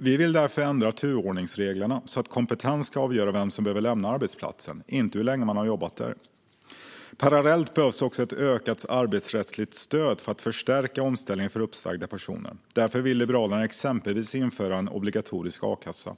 Vi vill därför ändra turordningsreglerna så att kompetens ska avgöra vem som behöver lämna arbetsplatsen och inte hur länge man har jobbat där. Parallellt behövs också ett ökat arbetsrättsligt stöd för att förstärka omställningen för uppsagda personer. Därför vill Liberalerna exempelvis införa en obligatorisk a-kassa.